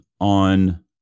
on